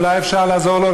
אולי אפשר לעזור לו,